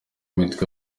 mitwe